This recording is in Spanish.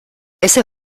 ese